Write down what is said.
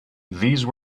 these